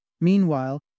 Meanwhile